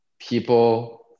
people